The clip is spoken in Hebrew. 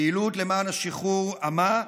פעילות למען שחרור עמה,